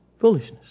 Foolishness